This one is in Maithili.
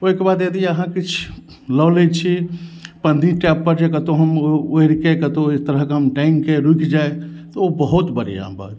ओहिके बाद यदि अहाँ किछु लऽ लै छी पंन्नु टाइप पर जे कतौ हम ओढ़िके कतौ ओहि तरहक टाइंगके रुकि जाइ तऽ ओ बहुत बढ़िऑं बात